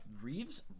Reeves